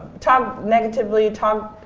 talk negatively, talk